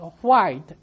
white